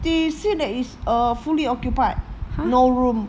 they say that is err fully occupied no room